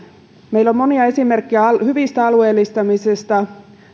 meillä on monia esimerkkejä hyvistä alueellistamisista